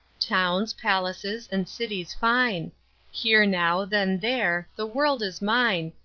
towns, palaces, and cities fine here now, then there the world is mine,